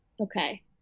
okay